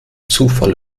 zufall